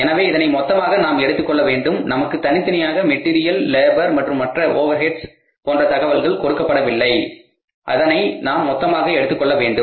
எனவே இதனை மொத்தமாக நாம் எடுத்துக் கொள்ள வேண்டும் நமக்கு தனித்தனியான மெடீரியால் லேபர் மற்றும் மற்ற ஓவர்ஹெட்ஸ் போன்ற தகவல்கள் கொடுக்கப்படவில்லை அதனை நாம் மொத்தமாக எடுத்துக்கொள்ள வேண்டும்